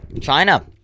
China